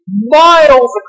miles